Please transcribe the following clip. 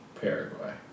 Paraguay